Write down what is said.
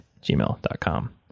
gmail.com